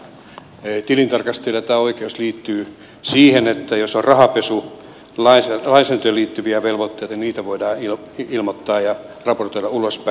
nythän tilintarkastajilla tämä oikeus liittyy siihen että jos on rahanpesulainsäädäntöön liittyviä velvoitteita niitä voidaan ilmoittaa ja raportoida ulospäin mutta ei muita